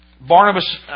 Barnabas